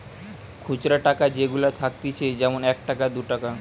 খুচরা টাকা যেগুলা থাকতিছে যেমন এক টাকা, দু টাকা